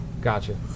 Gotcha